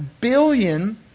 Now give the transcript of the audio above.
billion